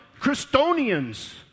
Christonians